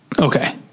Okay